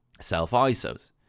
self-isos